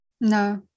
no